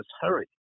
hurry